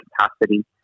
capacity